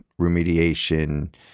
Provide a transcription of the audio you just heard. remediation